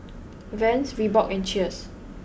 Vans Reebok and Cheers